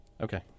Okay